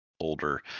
older